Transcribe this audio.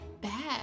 bad